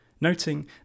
noting